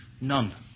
none